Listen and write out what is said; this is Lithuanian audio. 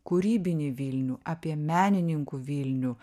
kūrybinį vilnių apie menininkų vilnių